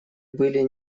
были